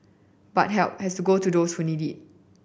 but help has go to those who need it